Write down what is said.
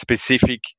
specific